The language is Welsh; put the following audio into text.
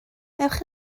ewch